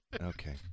Okay